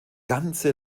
ganze